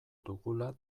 dugula